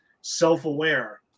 self-aware